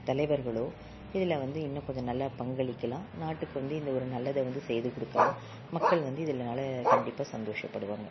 தலைவர்களோ இதில் வந்து இன்னும் கொஞ்சம் நல்லா பங்களிக்கலாம் நாட்டுக்கு வந்து இந்த ஒரு நல்லதை வந்து செய்துக்கொடுக்கலாம் மக்கள் வந்து இதலனால கண்டிப்பாக சந்தோஷப்படுவாங்க